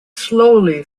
slowly